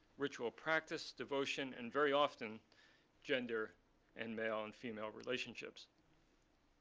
ritual practice, devotion, and very often gender and male and female relationships.